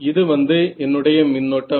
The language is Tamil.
இது வந்து என்னுடைய மின்னோட்டம்